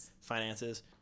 Finances